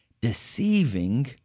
deceiving